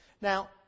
Now